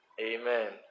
Amen